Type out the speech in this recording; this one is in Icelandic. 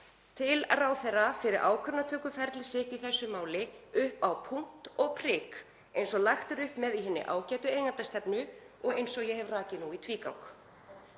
til ráðherra fyrir ákvarðanatökuferlið í þessu máli upp á punkt og prik eins og lagt er upp með í hinni ágætu eigendastefnu og eins og ég hef rakið nú í tvígang.